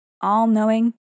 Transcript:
all-knowing